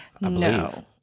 No